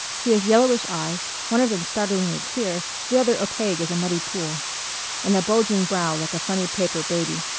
he has yellowish eyes one of them startlingly clear, the other opaque as a muddy pool and a bulging brow like a funny-paper baby.